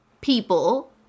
People